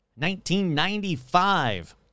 1995